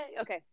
Okay